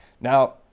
Now